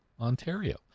Ontario